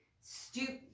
stupid